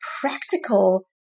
practical